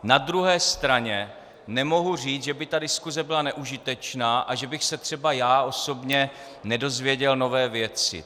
Na druhé straně nemohu říct, že by ta diskuse byla neužitečná a že bych se třeba já osobně nedověděl nové věci.